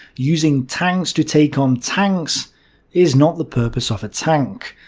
using tanks to take on tanks is not the purpose of a tank.